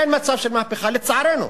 אין מצב של מהפכה, לצערנו.